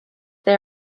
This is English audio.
they